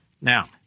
Now